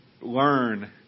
learn